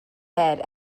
head